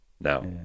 now